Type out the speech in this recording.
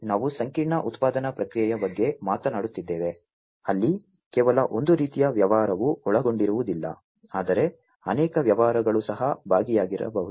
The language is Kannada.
ನಾವು ಸಂಕೀರ್ಣ ಉತ್ಪಾದನಾ ಪ್ರಕ್ರಿಯೆಯ ಬಗ್ಗೆ ಮಾತನಾಡುತ್ತಿದ್ದೇವೆ ಅಲ್ಲಿ ಕೇವಲ ಒಂದು ರೀತಿಯ ವ್ಯವಹಾರವು ಒಳಗೊಂಡಿರುವುದಿಲ್ಲ ಆದರೆ ಅನೇಕ ವ್ಯವಹಾರಗಳು ಸಹ ಭಾಗಿಯಾಗಬಹುದು